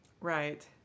Right